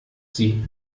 sie